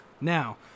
now